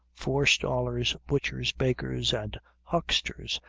forestallers, butchers, bakers, and hucksters,